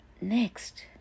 next